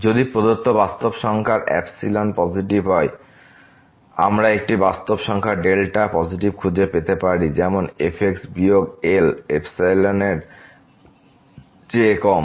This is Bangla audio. যদি প্রদত্ত বাস্তব সংখ্যার অ্যাপসিলন পজিটিভ হয় আমরা একটি বাস্তব সংখ্যা ডেল্টা পজিটিভ খুঁজে পেতে পারি যেমন f বিয়োগ L এপসিলনের চেয়ে কম